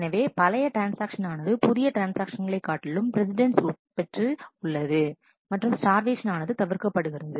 எனவே பழைய ட்ரான்ஸ்ஆக்ஷன் ஆனது புதிய ட்ரான்ஸ்ஆக்ஷன்களை காட்டிலும் பிரஸிடெண்ட்ஸ் பெற்று உள்ளது மற்றும் ஸ்டார்வேஷன் ஆனது தவிர்க்கப்படுகிறது